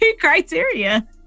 criteria